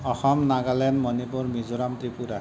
Assam Nagaland Manipur Mizoram Tripura